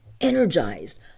energized